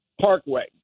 Parkway